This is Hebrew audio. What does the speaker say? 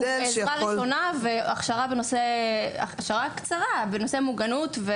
אני לא יודעת --- עזרה ראשונה והכשרה קצרה בנושא מוגנות.